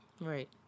Right